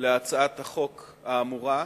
להצעת החוק האמורה,